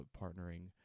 partnering